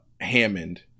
Hammond